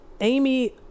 Amy